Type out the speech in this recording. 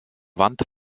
wand